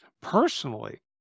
personally